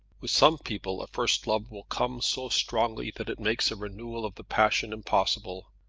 with some people a first love will come so strongly that it makes a renewal of the passion impossible.